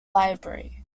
library